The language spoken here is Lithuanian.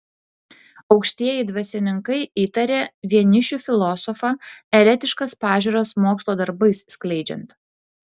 aukštieji dvasininkai įtarė vienišių filosofą eretiškas pažiūras mokslo darbais skleidžiant